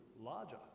larger